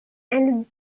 and